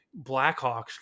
Blackhawks